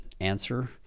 answer